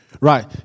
Right